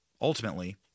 ultimately